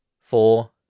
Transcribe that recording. four